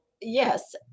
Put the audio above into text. Yes